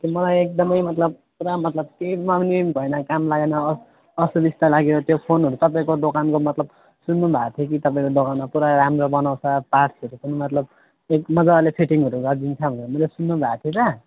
त्यो मलाई एकदमै मतलब पुरा मतलब केहीमा पनि भएन काम लागेन अ असुविस्ता लाग्यो त्यो फोनहरू तपाईँको दोकानको मतलब सुन्नुभएको थियो तपाईँको पुरा राम्रो बनाउँछ पार्ट्सहरू पनि मतलब मजाले फिटिङहरू गरिदिन्छ भनेर मैले सुन्नुभएको थियो त